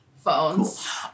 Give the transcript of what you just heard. Phones